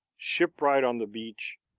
shipwright on the beach,